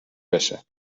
بشه